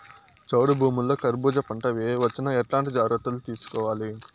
చౌడు భూముల్లో కర్బూజ పంట వేయవచ్చు నా? ఎట్లాంటి జాగ్రత్తలు తీసుకోవాలి?